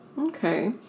Okay